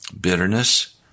bitterness